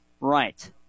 right